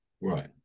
Right